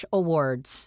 awards